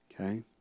okay